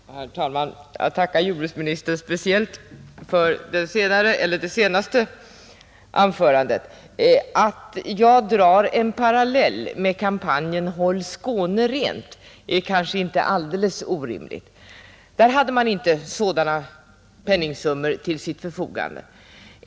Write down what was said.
Herr talman! Jag tackar jordbruksministern speciellt för det senaste anförandet. Att jag drar en parallell med kampanjen Håll Skåne rent är kanske inte alldeles orimligt. Där hade man inte sådana penningsummor till sitt förfogande.